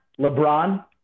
LeBron